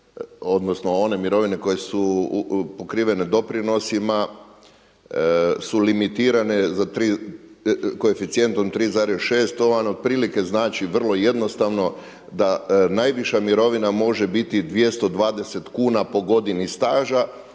odnosno one mirovine koje su pokrivene doprinosima su limitirane koeficijentom 3,6. To vam otprilike znači vrlo jednostavno, da najviša mirovina može biti 220 kuna po godini staža.